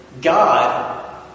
God